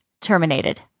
terminated